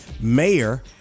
mayor